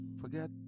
Forget